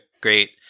great